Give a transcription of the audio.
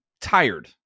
tired